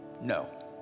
no